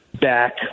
back